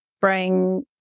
bring